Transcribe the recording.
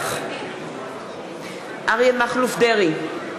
נוכח אריה מכלוף דרעי,